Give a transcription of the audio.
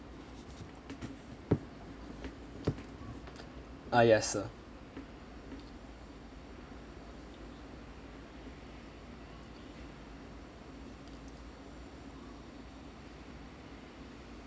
ah yes sir